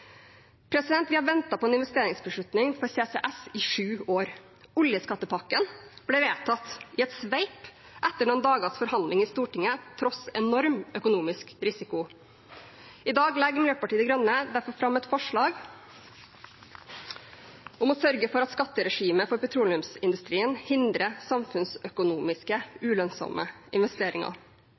Vi har ventet på en investeringsbeslutning for CCS i sju år. Oljeskattepakken ble vedtatt i et sveip etter noen dagers forhandlinger i Stortinget, tross enorm økonomisk risiko. I dag legger Miljøpartiet De Grønne derfor fram et forslag om å sørge for at skatteregimet for petroleumsindustrien hindrer samfunnsøkonomisk ulønnsomme investeringer.